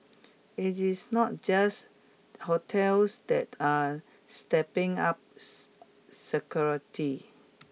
it is not just hotels that are stepping up security